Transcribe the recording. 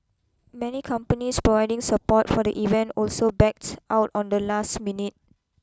many companies providing support for the event also backed out on the last minute